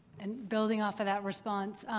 and building off of that response,